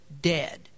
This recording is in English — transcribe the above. dead